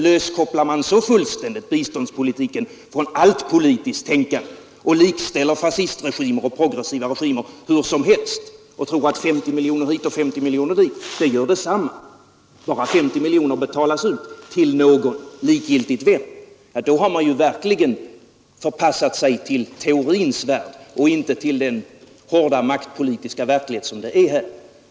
Löskopplar man så fullständigt biståndspolitiken från allt politiskt tänkande och likställer fascistregimer med progressiva regimer hur som helst, tror man att 50 miljoner hit och 50 miljoner dit gör detsamma, bara 50 miljoner betalas ut till någon, likgiltigt vem — då har man verkligen förpassat sig till teorins värld från den hårda maktpolitiska verklighet som råder här.